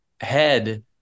head